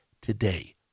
today